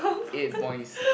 eight points